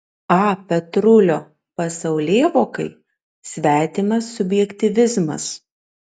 a petrulio pasaulėvokai svetimas subjektyvizmas